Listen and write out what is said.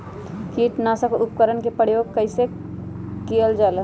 किटनाशक उपकरन का प्रयोग कइसे कियल जाल?